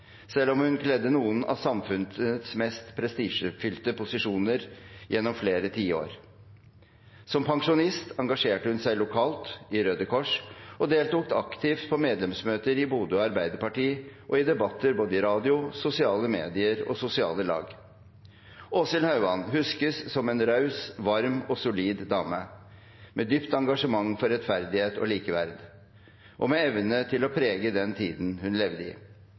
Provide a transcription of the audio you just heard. selv om hun kledde noen av samfunnets mest prestisjefylte posisjoner gjennom flere tiår. Som pensjonist engasjerte hun seg lokalt i Røde Kors og deltok aktivt på medlemsmøter i Bodø Arbeiderparti og i debatter både i radio, i sosiale medier og i sosiale lag. Åshild Hauan huskes som en raus, varm og solid dame med dypt engasjement for rettferdighet og likeverd og med evne til å prege den tiden hun levde i.